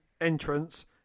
entrance